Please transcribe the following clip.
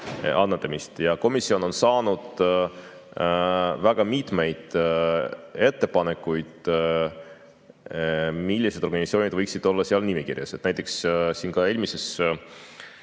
annetamist. Komisjon on saanud väga mitmeid ettepanekuid, millised organisatsioonid võiksid olla seal nimekirjas. Näiteks, ka eelmises